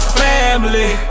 family